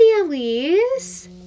Elise